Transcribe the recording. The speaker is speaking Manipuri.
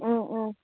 ꯎꯝ ꯎꯝ